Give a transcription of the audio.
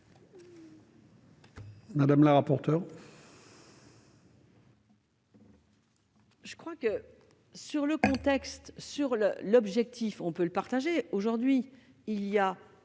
Mme la rapporteure.